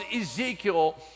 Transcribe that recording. Ezekiel